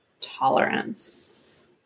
tolerance